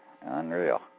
Unreal